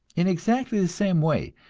in exactly the same way,